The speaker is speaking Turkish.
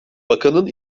bakanın